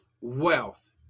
wealth